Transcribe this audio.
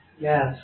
Yes